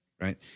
right